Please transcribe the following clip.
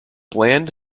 bland